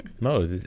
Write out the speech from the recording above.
No